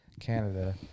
Canada